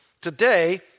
today